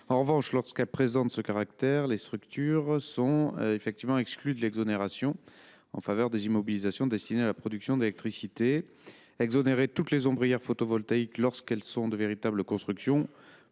En revanche, lorsqu’elles présentent ce caractère, les structures sont effectivement exclues de l’exonération en faveur des immobilisations destinées à la production d’électricité. Exonérer toutes les ombrières photovoltaïques lorsqu’elles sont de véritables constructions